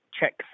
checks